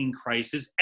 crisis